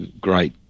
great